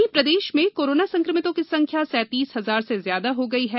वहीं प्रदेश में कोरोना संक्रमितों की संख्या सैतीस हजार से ज्यादा हो गई है